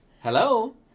Hello